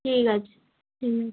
ঠিক আছে হুম